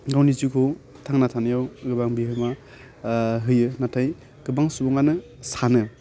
गावनि जिउखौ थांना थानायाव एबा बिहोमा ओह होयो नाथाय गोबां सुबुङानो सानो